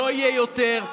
לא יהיה יותר.